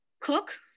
Cook